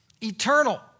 eternal